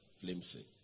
flimsy